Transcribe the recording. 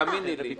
תאמיני לי.